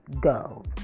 go